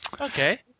Okay